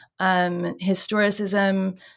Historicism